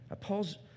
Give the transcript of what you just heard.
Paul's